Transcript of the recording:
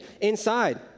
inside